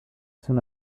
soon